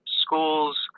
school's